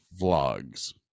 Vlogs